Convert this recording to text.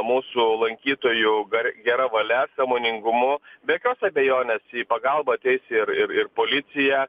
mūsų lankytojų ge gera valia sąmoningumu be jokios abejonės į pagalbą ateis ir ir ir policija